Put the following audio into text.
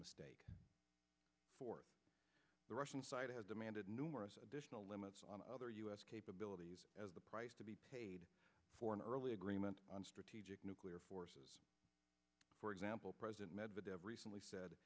mistake for the russian side has demanded numerous additional limits on other u s capabilities as the price to be paid for an early agreement on strategic nuclear forces for example president medvedev recently said